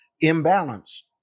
imbalance